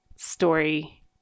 Story